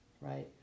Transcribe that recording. right